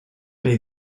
may